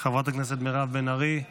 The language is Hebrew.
חברת הכנסת מירב בן ארי,